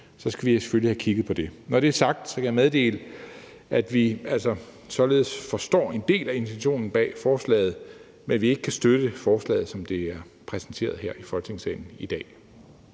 Så skal vi selvfølgelig have kigget på det. Når det er sagt, kan jeg meddele, at vi altså således forstår en del af intentionen bag forslaget, men at vi ikke kan støtte forslaget, som det er præsenteret her i Folketingssalen i dag.